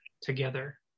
together